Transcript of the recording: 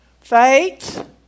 Faith